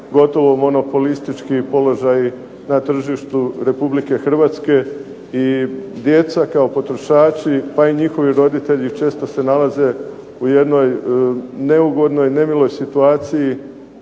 gotovo monopolistički položaji na tržištu RH i djeca kao potrošači pa i njihovih roditelji često se nalaze u jednoj neugodnoj, nemiloj situaciji